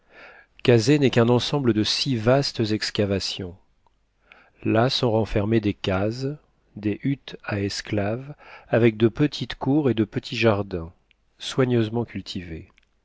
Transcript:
kazeh n'est qu'un ensemble de six vastes excavations là sont renfermées des cases des huttes à esclaves avec de petites cours et de petits jardins soigneusement cultivés